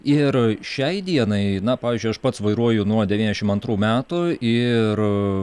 ir šiai dienai na pavyzdžiui aš pats vairuoju nuo devyniasdešim antrų metų ir